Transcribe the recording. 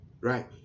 Right